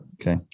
Okay